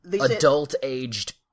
adult-aged